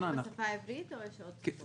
-- זה רק בשפה העברית או שיש עוד שפות?